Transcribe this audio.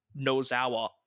Nozawa